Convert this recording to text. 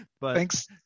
Thanks